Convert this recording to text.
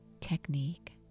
technique